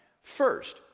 First